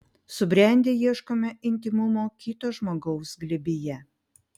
subrendę ieškome intymumo kito žmogaus glėbyje